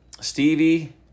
Stevie